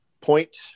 point